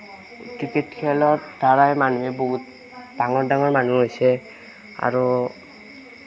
cricket খেলৰ দ্ৱাৰাই মানুহে বহুত ডাঙৰ ডাঙৰ মানুহ হৈছে আৰু